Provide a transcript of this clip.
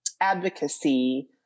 advocacy